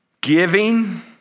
giving